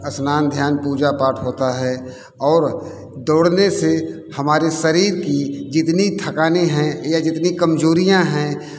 स्नान ध्यान पूजा पाठ होता है और दौड़ने से हमारे शरीर की जितनी थकाने हैं या जितनी कमज़ोरियाँ हैं